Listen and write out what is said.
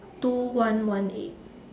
two one one eight